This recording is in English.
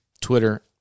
Twitter